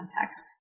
context